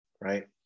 Right